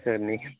sir next